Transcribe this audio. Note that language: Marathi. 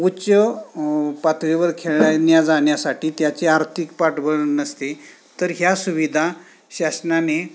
उच्च पातळीवर खेळण्या जाण्यासाठी त्याची आर्थिक पाठबळ नसते तर ह्या सुविधा शासनाने